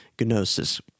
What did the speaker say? gnosis